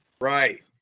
Right